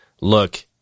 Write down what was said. look